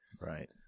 Right